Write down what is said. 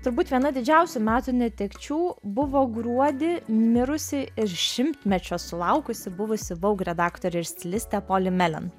turbūt viena didžiausių metų netekčių buvo gruodį mirusi ir šimtmečio sulaukusi buvusi vogue redaktorė ir stilistė poli melen